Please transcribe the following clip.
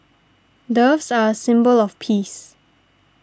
doves are a symbol of peace